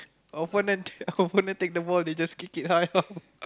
opponent take the ball they just kick it high up